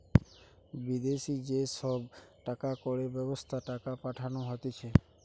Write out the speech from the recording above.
বিদেশি যে সব টাকা কড়ির ব্যবস্থা টাকা পাঠানো হতিছে